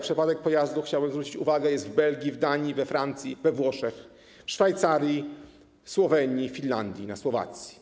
Przepadek pojazdu, chciałbym zwrócić uwagę, jest w Belgii, Danii, we Francji, we Włoszech, w Szwajcarii, Słowenii, Finlandii i na Słowacji.